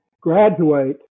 graduate